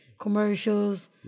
Commercials